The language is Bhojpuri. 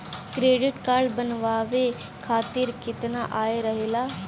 क्रेडिट कार्ड बनवाए के खातिर केतना आय रहेला?